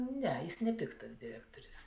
ne jis nepiktas direktorius